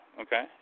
okay